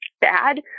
bad